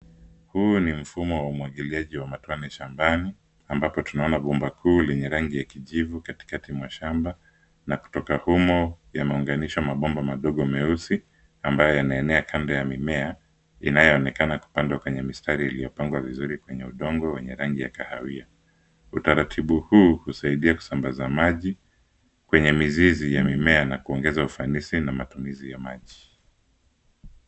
Huu ni mfumo wa umwagiliaji wa matone shambani ambapo tunaona bomba kuu lenye rangi ya kijivu katikati mwa shamba na kutoka humo yameunganishwa mabomba madogo meusi ambaye yanaenea kando ya mimea inayoonekana kupandwa kwenye mistari iliyopangwa vizuri kwenye udongo wenye rangi ya kahawia. Utaratibu huu husaidia kusambaza maji kwenye mizizi ya mimea na kuongeza ufanisi na matumizi ya maji.